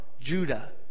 Judah